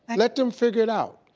and let them figure it out.